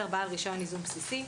(10)בעל רישיון ייזום בסיסי".